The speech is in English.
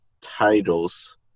titles